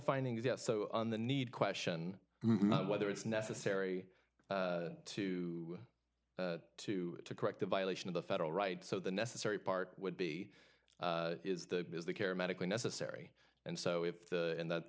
finding is that so on the need question whether it's necessary to to to correct the violation of the federal right so the necessary part would be is the is the care medically necessary and so if the in that